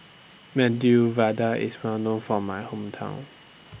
Medu Vada IS Well known For My Hometown